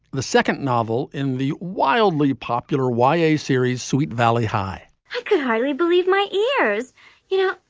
the second novel in the wildly popular y a. series sweet valley high highly believe my ears yeah,